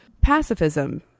pacifism